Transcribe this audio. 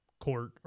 court